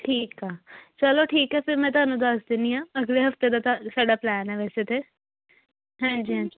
ਠੀਕ ਆ ਚਲੋ ਠੀਕ ਹੈ ਫਿਰ ਮੈਂ ਤੁਹਾਨੂੰ ਦੱਸ ਦਿੰਦੀ ਹਾਂ ਅਗਲੇ ਹਫ਼ਤੇ ਦਾ ਤਾਂ ਸਾਡਾ ਪਲਾਨ ਹੈ ਵੈਸੇ ਤਾਂ ਹਾਂਜੀ ਹਾਂਜੀ